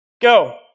Go